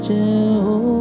Jehovah